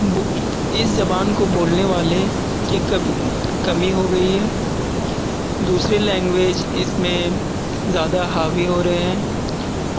اس زبان کو بولنے والے کی کبی کمی ہو گئی ہے دوسرے لینگویج اس میں زیادہ حاوی ہو رہے ہیں